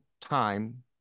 time